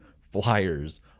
flyers